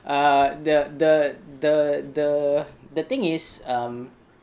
ah the the the the the thing is um